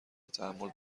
تحمل